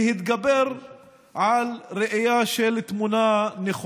להתגבר על ראייה נכונה של התמונה.